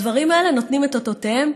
והדברים האלה נותנים את אותותיהם